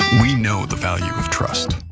we know the value of trust.